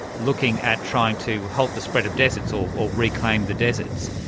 looking at trying to halt the spread of deserts or or reclaim the deserts.